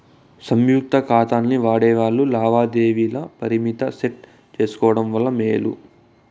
సంయుక్త కాతాల్ని వాడేవాల్లు లావాదేవీల పరిమితిని సెట్ చేసుకోవడం మేలు